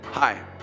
Hi